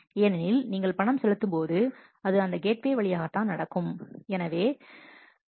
ஏனெனில் நீங்கள் பணம் செலுத்தும்போது அது அந்த கேட்வே வழியாகத்தான் நடக்கும்